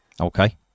Okay